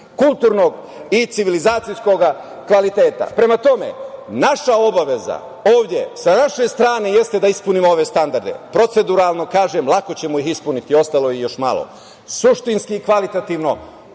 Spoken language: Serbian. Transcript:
kulturnog i civilizacijskog kvaliteta. Prema tome, naša obaveza ovde sa naše strane jeste da ispunimo ove standarde. Proceduralno, kažem, lako ćemo ih ispuniti, ostalo ih je još malo. Suštinski i kvalitativno,